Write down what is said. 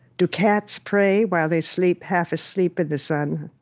do cats pray, while they sleep half-asleep in the sun?